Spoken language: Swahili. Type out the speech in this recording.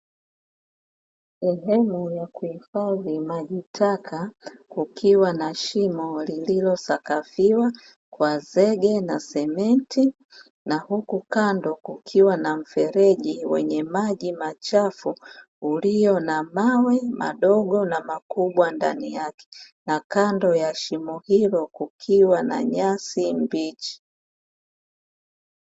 Sehemu ya kuhifadhi maji taka , kukiwa na shimo lilosakafiwa kwa zege na simenti na huku kando kukiwa na mfereji wenye maji machafu ulio na mawe madogo na makubwa ndani yake, na kando ya shimo hilo kukiwa na nyasi mbichi.